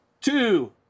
Two